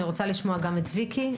אני רוצה לשמוע גם את ויקי,